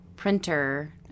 Printer